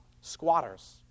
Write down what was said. squatters